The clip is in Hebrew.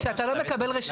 כשאתה לא מקבל רשות,